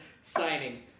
signing